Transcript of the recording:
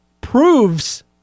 proves